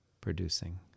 producing